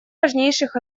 важнейших